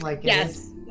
Yes